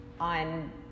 on